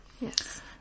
Yes